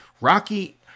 Rocky